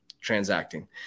transacting